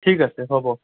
ঠিক আছে হ'ব